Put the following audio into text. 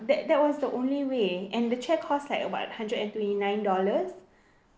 that that was the only way and the chair cost like about a hundred and twenty nine dollars